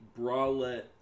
bralette